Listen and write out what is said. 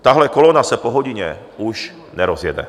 Tahle kolona se po hodině už nerozjede.